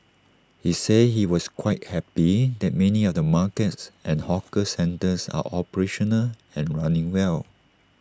he said he was quite happy that many of the markets and hawker centres are operational and running well